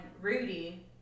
Rudy